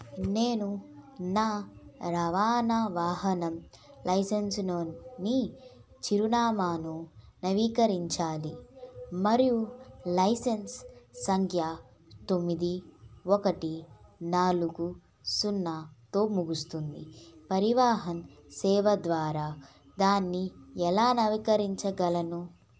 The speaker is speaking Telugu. నేను నా రవాణా వాహనం లైసెన్స్ను ని చిరునామాను నవీకరించాలి మరియు లైసెన్స్ సంఖ్య తొమ్మిది ఒకటి నాలుగు సున్నాతో ముగుస్తుంది పరివాహన్ సేవ ద్వారా దాన్ని ఎలా నవీకరించగలను